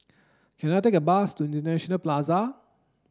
can I take a bus to International Plaza